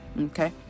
Okay